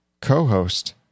co-host